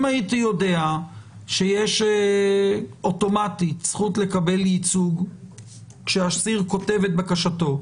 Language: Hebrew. אם הייתי יודע שיש אוטומטית זכות לקבל לייצוג כשהאסיר כותב את בקשתו,